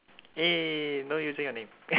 eh no using of name